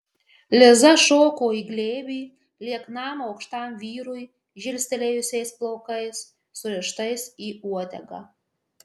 liza šoko į glėbį lieknam aukštam vyrui žilstelėjusiais plaukais surištais į uodegą